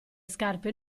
scarpe